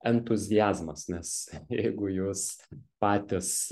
entuziazmas nes jeigu jūs patys